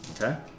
Okay